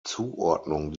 zuordnung